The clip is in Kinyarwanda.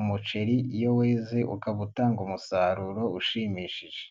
umuceri iyo wize ukaba utanga umusaruro ushimishije.